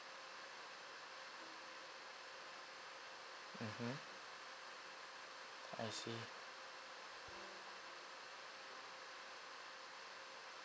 mmhmm I see